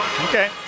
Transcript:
Okay